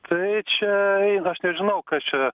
tai čia eina aš nežinau kas čia